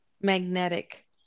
magnetic